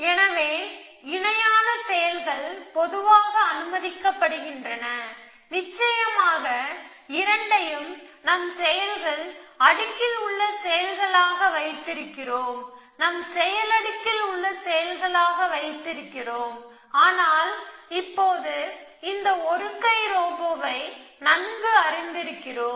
எனவே இணையான செயல்கள் பொதுவாக அனுமதிக்கப்படுகின்றன நிச்சயமாக இரண்டையும் நம் செயல் அடுக்கில் உள்ள செயல்களாக வைத்திருக்கிறோம் ஆனால் இப்போது இந்த ஒரு கை ரோபோவை நன்கு அறிந்திருக்கிறோம்